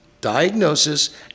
diagnosis